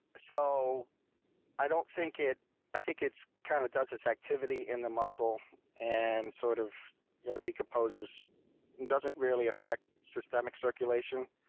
so i don't think it i think it kind of of does this activity in the muscle and sort of decomposes. it doesn't really affect systemic circulation.